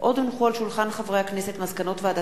מאת חבר הכנסת משה מטלון, הצעת חוק זיכרון